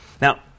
Now